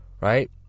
right